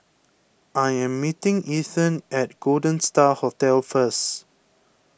I am meeting Ethan at Golden Star Hotel first